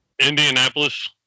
Indianapolis